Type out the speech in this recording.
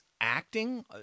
acting